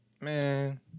man